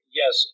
yes